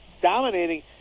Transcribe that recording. dominating